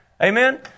Amen